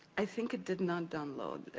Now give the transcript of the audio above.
i think it did not download,